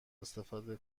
استفاده